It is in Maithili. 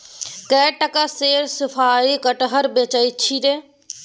कए टका सेर साफरी कटहर बेचय छी रे